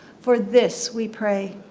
for this we pray.